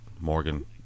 Morgan